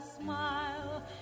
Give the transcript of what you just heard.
smile